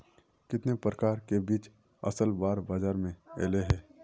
कितने प्रकार के बीज असल बार बाजार में ऐले है?